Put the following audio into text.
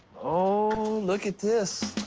oh, look at this.